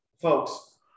folks